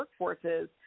workforces